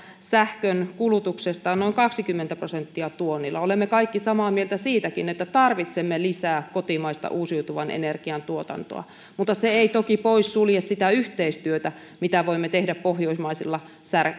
sähkönkulutuksestaan noin kaksikymmentä prosenttia tuonnilla olemme kaikki samaa mieltä siitäkin että tarvitsemme lisää kotimaista uusiutuvan energian tuotantoa mutta se ei toki poissulje sitä yhteistyötä mitä voimme tehdä pohjoismaisilla